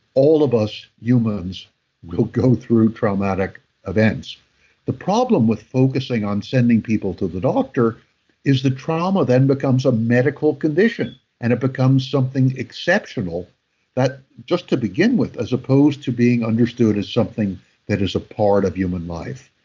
all of us humans will go through traumatic events the problem with focusing on sending people to the doctor is the trauma then becomes a medical condition and it becomes something exceptional that just to begin with as opposed to being understood as something that is a part of human life.